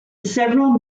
several